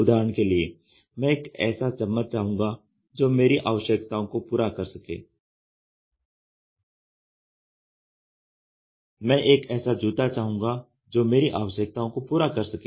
उदाहरण के लिए मैं एक ऐसा चम्मच चाहूँगा जो मेरी आवश्यकताओं को पूरी कर सके मैं एक ऐसा जूता चाहूँगा जो मेरी आवश्यकताओं को पूरा कर सके